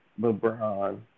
LeBron